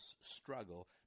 struggle